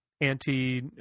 anti –